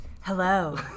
Hello